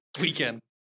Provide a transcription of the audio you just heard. weekend